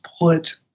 put